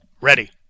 Ready